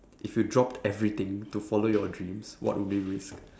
if you dropped everything to follow your dreams what would be risked